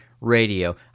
radio